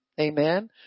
Amen